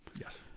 Yes